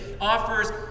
offers